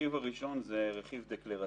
הרכיב הראשון הוא רכיב דקלרטיבי.